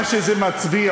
מה שזה מצביע,